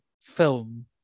film